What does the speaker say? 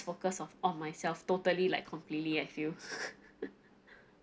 focus of on myself totally like completely I feel